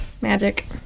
Magic